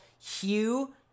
Hugh